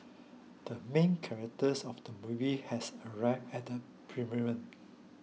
the main characters of the movie has arrived at the premiere